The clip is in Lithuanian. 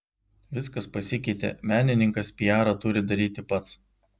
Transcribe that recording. viskas pasikeitė menininkas piarą turi daryti pats